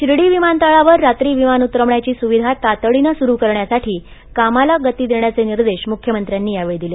शिर्डी विमानतळावर रात्री विमान उतरवण्याची सुविधा तातडीनं सुरू करण्यासाठी कामाला गती देण्याचे निर्देश मुख्यमंत्र्यांनी यावेळी दिले